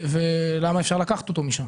ולמה אפשר לקחת אותו משם?